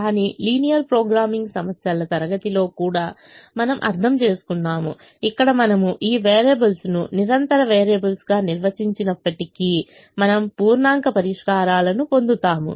కానీ linear programming సమస్యల తరగతిలో కూడా మనము అర్థం చేసుకున్నాము ఇక్కడ మనము ఈ వేరియబుల్స్ను నిరంతర వేరియబుల్స్గా నిర్వచించినప్పటికీ మనం పూర్ణాంక పరిష్కారాలను పొందుతాము